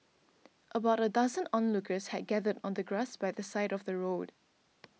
about a dozen onlookers had gathered on the grass by the side of the road